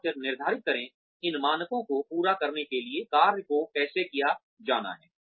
और फिर निर्धारित करें इन मानकों को पूरा करने के लिए कार्यों को कैसे किया जाना है